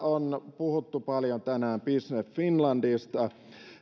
on puhuttu tänään paljon business finlandista